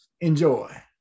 Enjoy